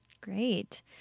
Great